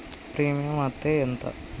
Premium అత్తే ఎంత?